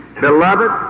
Beloved